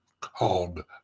called